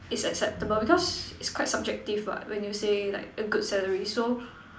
it's acceptable because it's quite subjective what when you say like a good salary so